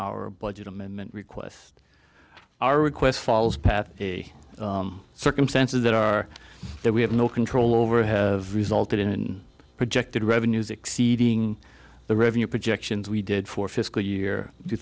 our budget amendment requests our request falls pat a circumstances that are there we have no control over have resulted in projected revenues exceeding the revenue projections we did for fiscal year two